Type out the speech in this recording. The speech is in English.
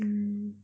mm